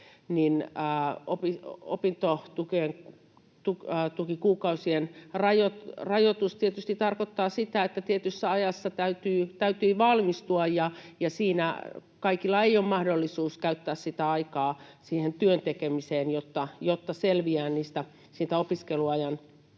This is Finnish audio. opintotukikuukausien rajoitus tietysti tarkoittaa sitä, että tietyssä ajassa täytyy valmistua. Kaikilla ei ole mahdollisuutta käyttää sitä aikaa työn tekemiseen, jotta selviää niistä opiskeluajan